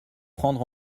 prendre